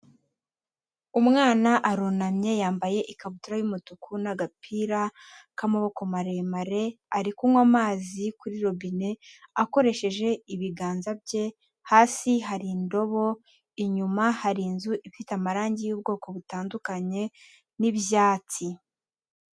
Umwana arunamye yambaye ikabutura y'umutuku n'agapira k'amaboko maremare, ari kunywa amazi kuri robine akoresheje ibiganza bye, hasi hari indobo inyuma hari inzu ifite amarangi y'ubwoko butandukanye n'ibyatsi.